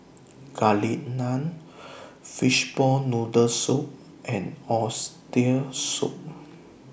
Garlic Naan Fishball Noodle Soup and Oxtail Soup